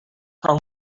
from